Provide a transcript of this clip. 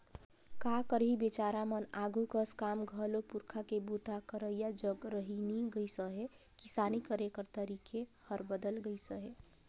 का करही बिचारा मन आघु कस काम घलो पूरखा के बूता करइया जग रहि नी गइस अहे, किसानी करे कर तरीके हर बदेल गइस अहे